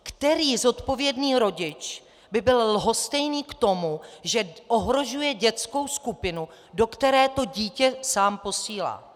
Který zodpovědný rodič by byl lhostejný k tomu, že ohrožuje dětskou skupinu, do které dítě sám posílá?